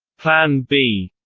plan b,